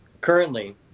currently